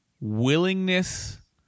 willingness